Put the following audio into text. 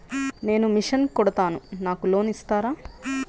నేను మిషన్ కుడతాను నాకు లోన్ ఇస్తారా?